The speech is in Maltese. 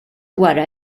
wara